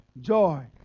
Joy